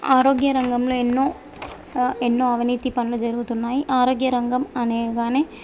ఆరోగ్య రంగంలో ఎన్నో ఎన్నో అవినీతి పనులు జరుగుతున్నాయి ఆరోగ్య రంగం అనగానే